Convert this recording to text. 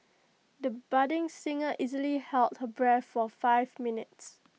the budding singer easily held her breath for five minutes